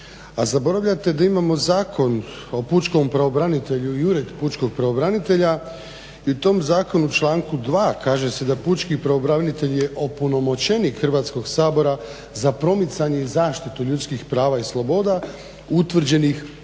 a zaboravljate da imamo Zakon o pučkom pravobranitelju i Uredbu pučkog pravobranitelja i u tom zakonu u članku 2 kaže se da pučki pravobranitelj je opunomoćenik Hrvatskog sabora za promicanje i zaštitu ljudskih prava i sloboda utvrđenih ustavom,